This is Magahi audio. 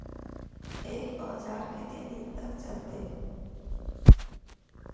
एक औजार केते दिन तक चलते?